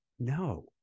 no